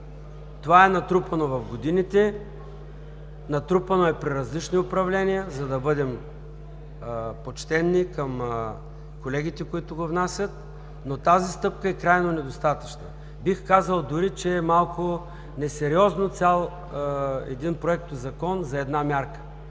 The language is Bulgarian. Това е натрупано в годините, натрупано е при различни управления, за да бъдем почтени към колегите, които го внасят, но тази стъпка е крайно недостатъчна, бих казал дори, че е малко несериозно цял един Законопроект за една мярка